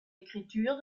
écriture